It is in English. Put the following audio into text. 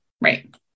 Right